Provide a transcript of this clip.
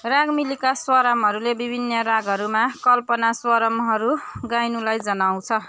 रागमिलिका स्वरामहरूले विभिन्न रागहरूमा कल्पनास्वरमहरू गाइनुलाई जनाउँछ